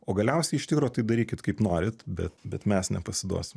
o galiausiai iš tikro tai darykit kaip norit bet bet mes nepasiduosim